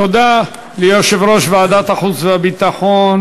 תודה ליושב-ראש ועדת החוץ והביטחון